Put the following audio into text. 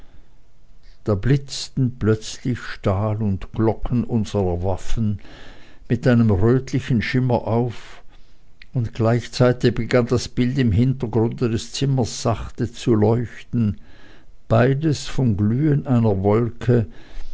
da blitzten plötzlich stahl und glocken unserer waffen mit einem rötlichen schimmer auf und gleichzeitig begann das bild im hintergrunde des zimmers sachte zu leuchten beides vom glühen einer wolke